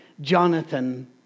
Jonathan